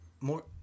More